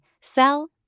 sell